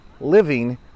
living